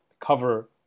cover